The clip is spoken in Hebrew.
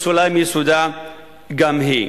פסול מיסודו גם הוא.